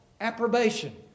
approbation